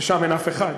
ושם אין אף אחד,